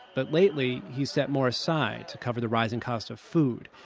but lately, he's set more aside to cover the rising cost of food.